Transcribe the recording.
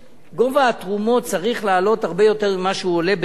גובה התרומות צריך לעלות הרבה יותר ממה שהוא עולה באמת.